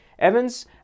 Evans